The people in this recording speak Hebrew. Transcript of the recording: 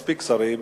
מספיק שרים,